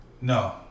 No